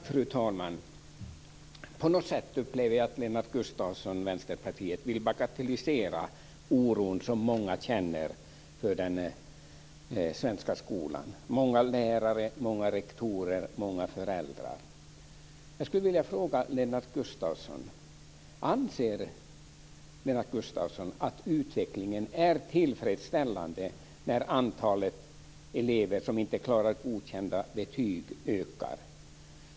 Fru talman! Jag upplever att Lennart Gustavsson, Vänsterpartiet, på något sätt vill bagatellisera den oro som många lärare, rektorer och föräldrar känner över den svenska skolan. Jag skulle vilja fråga Lennart Gustavsson om han anser att utvecklingen är tillfredsställande när antalet elever som inte klarar godkända betyg ökar.